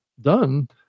done